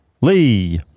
Lee